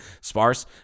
sparse